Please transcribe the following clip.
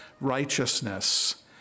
righteousness